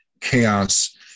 chaos